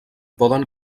poden